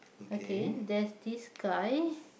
okay there's this guy